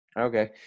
Okay